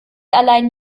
allein